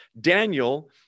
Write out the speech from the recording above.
Daniel